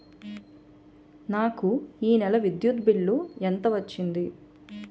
నాకు ఈ నెల విద్యుత్ బిల్లు ఎంత వచ్చింది?